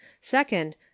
second